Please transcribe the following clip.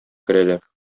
керәләр